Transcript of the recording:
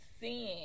seeing